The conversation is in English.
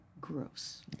gross